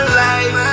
life